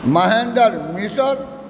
Mahendra Mishra